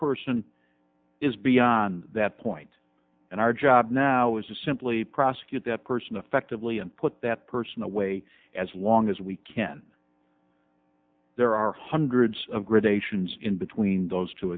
person is beyond that point and our job now is to simply prosecute that person effectively and put that person away as long as we can there are hundreds of grid a sions in between those two